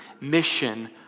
mission